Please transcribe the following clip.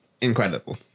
Incredible